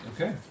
Okay